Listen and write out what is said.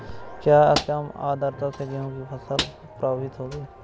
क्या कम आर्द्रता से गेहूँ की फसल प्रभावित होगी?